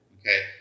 okay